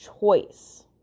choice